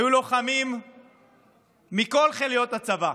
היו לוחמים מכל חילות הצבא,